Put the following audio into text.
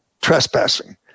trespassing